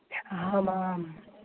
हामाम्